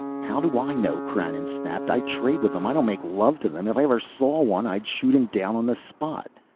how do i know, krannon snapped. i trade with them, i don't make love to them. if i ever saw one, i'd shoot him down on the spot.